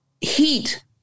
heat